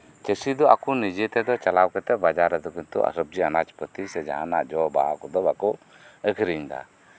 ᱪᱟᱹᱥᱤ ᱫᱚ ᱠᱤᱱᱛᱩ ᱟᱠᱚᱛᱮ ᱵᱟᱡᱟᱨᱮ ᱪᱟᱞᱟᱣ ᱠᱟᱛᱮᱜ ᱫᱚ ᱠᱤᱱᱛᱩ ᱥᱚᱵᱡᱤ ᱟᱱᱟᱡ ᱯᱟᱛᱤ ᱥᱮ ᱡᱟᱸᱦᱟᱱᱟᱜ ᱡᱚᱼᱵᱟᱦᱟ ᱠᱚᱫᱚ ᱵᱟᱠᱚ ᱟᱷᱨᱤᱧᱫᱟ